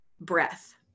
breath